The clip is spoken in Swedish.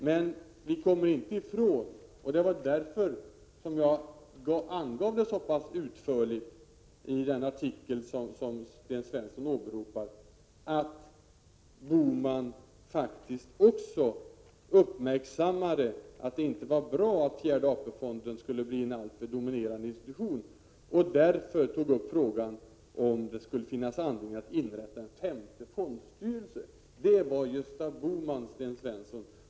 Men vi kommer inte ifrån — det var därför jag angav det så pass utförligt i den artikel som Sten Svensson åberopar — att Gösta Bohman faktiskt också uppmärksammade att det inte var bra att fjärde AP-fonden blev en alltför dominerande institution och därför tog upp frågan om det fanns anledning att inrätta en femte fondstyrelse. Det var Gösta Bohman som gjorde det, Sten Svensson.